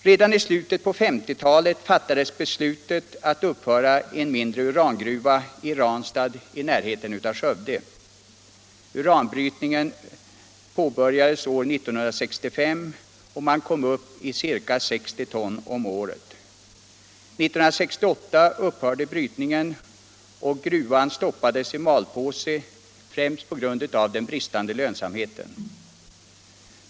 Redan i slutet på 1950-talet fattades beslutet att uppföra en mindre urangruva i Ranstad i närheten av Skövde. Uranbrytningen påbörjades år 1965, och man kom upp i ca 60 ton om året. År 1968 upphörde brytningen, och gruvan stoppades i malpåse, främst på grund av den bristande lönsamheten.